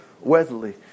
Weatherly